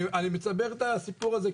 אני מספר את הסיפור הזה,